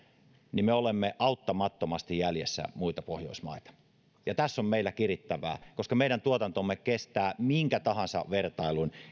niin me olemme auttamattomasti jäljessä muita pohjoismaita tässä on meillä kirittävää koska meidän tuotantomme kestää minkä tahansa vertailun